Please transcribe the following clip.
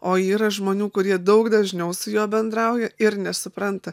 o yra žmonių kurie daug dažniau su juo bendrauja ir nesupranta